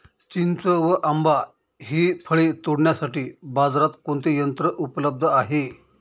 चिंच व आंबा हि फळे तोडण्यासाठी बाजारात कोणते यंत्र उपलब्ध आहे?